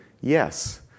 Yes